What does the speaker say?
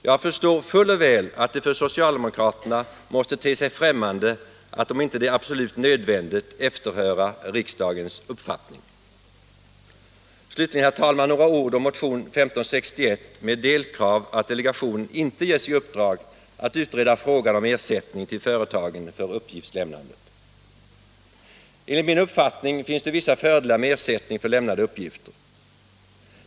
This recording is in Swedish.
Jag förstår fuller väl att det för socialdemokraterna måste te sig främmande att om det inte är absolut nödvändigt efterhöra riksdagens uppfattning. Slutligen, herr talman, några ord om motionen 1561 med delkrav att delegationen inte ges i uppdrag att utreda frågan om ersättning till företagen för uppgiftslämnandet. Enligt min uppfattning finns det vissa fördelar med ersättning för lämnade uppgifter.